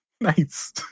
Nice